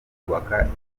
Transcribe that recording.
kubaka